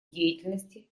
деятельности